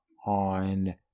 on